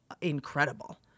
Incredible